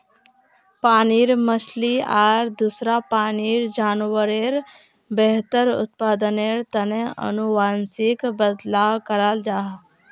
पानीर मछली आर दूसरा पानीर जान्वारेर बेहतर उत्पदानेर तने अनुवांशिक बदलाव कराल जाहा